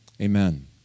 Amen